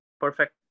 perfect